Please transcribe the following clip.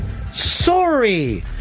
Sorry